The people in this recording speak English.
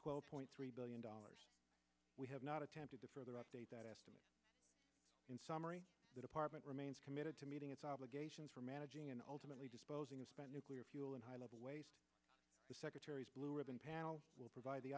twelve point three billion dollars we have not attempted to further update that estimate in summary the department remains committed to meeting its obligations for managing and ultimately disposing of spent nuclear fuel and high level secretaries blue ribbon panel will provide the